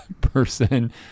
person